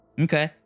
Okay